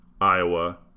Iowa